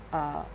uh